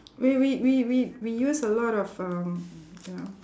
we we we we we use a lot of um ya